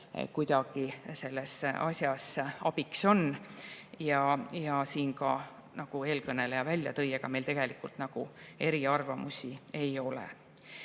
kuidagi selles asjas abiks on. Ja siin, nagu eelkõneleja ka välja tõi, meil tegelikult eriarvamusi ei ole.